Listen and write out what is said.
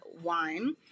Wine